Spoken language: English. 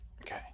Okay